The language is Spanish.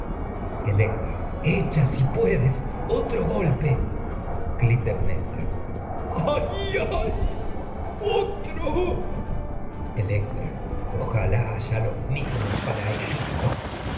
electra echa si puedes otro golpe clitemnestra electra ay ay otro ojalá haya los mismos para egisto